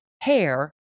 hair